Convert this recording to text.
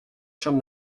chambre